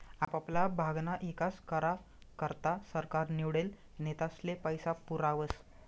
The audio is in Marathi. आपापला भागना ईकास करा करता सरकार निवडेल नेतास्ले पैसा पुरावस